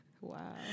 Wow